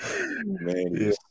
man